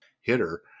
hitter